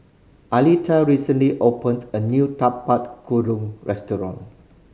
Aleta recently opened a new Tapak Kuda restaurant